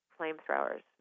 flamethrowers